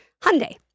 Hyundai